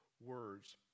words